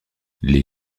les